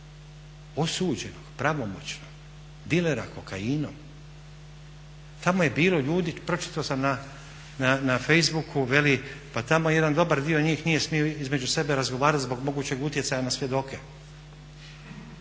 osuđenih pravomoćno, dilera kokainom, tamo je bilo ljudi, pročitao sam na facebooku veli pa tamo jedan dobra njih nije smio između sebe razgovarati zbog mogućeg utjecaja na svjedoke.